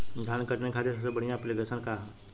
धान के कटनी खातिर सबसे बढ़िया ऐप्लिकेशनका ह?